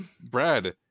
Brad